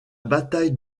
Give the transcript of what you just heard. bataille